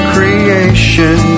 Creation